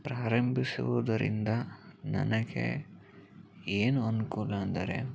ಪ್ರಾರಂಭಿಸುವುದರಿಂದ ನನಗೆ ಏನು ಅನುಕೂಲ ಅಂದರೆ